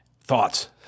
Thoughts